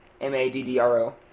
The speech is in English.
M-A-D-D-R-O